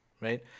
right